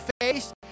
face